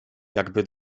jakby